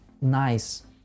nice